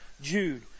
Jude